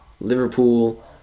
Liverpool